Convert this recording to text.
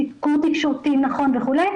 סיקור תקשורתי נכון וכולי,